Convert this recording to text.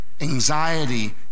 Anxiety